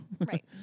right